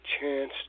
chance